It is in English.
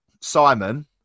Simon